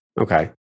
Okay